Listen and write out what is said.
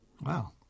Wow